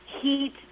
heat